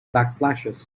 backslashes